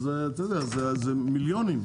אבל, אתה יודע, זה מיליונים.